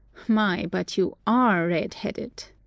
my, but you are redheaded!